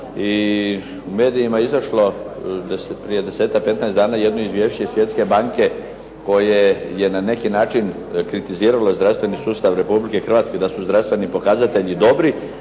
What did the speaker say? u medijima je izašlo da se, prije 10-ak, 15 dana jedno izvješće iz Svjetske banke koje je na neki način kritiziralo zdravstveni sustav Republike Hrvatske da su zdravstveni pokazatelji dobri,